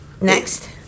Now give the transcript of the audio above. next